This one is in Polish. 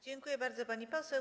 Dziękuję bardzo, pani poseł.